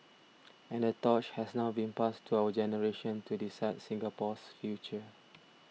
and the torch has now been passed to our generation to decide Singapore's future